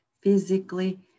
physically